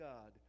God